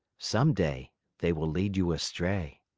some day they will lead you astray.